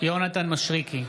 יונתן מישרקי,